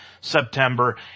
September